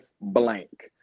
blank